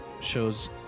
Shows